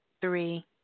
three